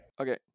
Okay